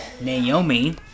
Naomi